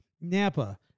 Napa